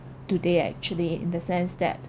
today actually in the sense that